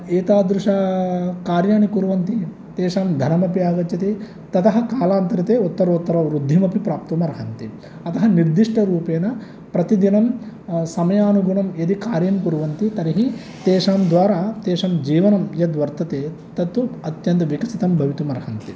एतादृशकार्याणि कुर्वन्ति तेषां धनमपि आगच्छति ततः कालान्तरे ते उत्तरोत्तरवृद्धिमपि प्राप्तुमर्हन्ति अतः निर्दिष्टरुपेन प्रतिदिनं समयानुगुणं यदि कार्यं कुर्वन्ति तर्हि तेषां द्वारा तेषां जीवनं यद्वर्तते तत्तु अत्यन्तविकसितं भवितुमर्हन्ति